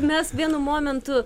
mes vienu momentu